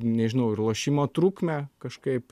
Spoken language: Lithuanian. nežinau ir lošimo trukmę kažkaip